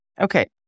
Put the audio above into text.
Okay